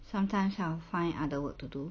sometimes I'll find other work to do